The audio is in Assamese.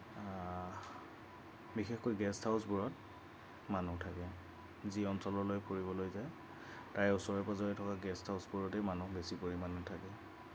বিশেষকৈ গেষ্ট হাউছবোৰত মানুহ থাকে যি অঞ্চললৈ ফুৰিবলৈ যায় তাৰে ওচৰে পাঁজৰে থকা গেষ্ট হাউছবোৰতে মানুহ বেছি পৰিমাণে থাকে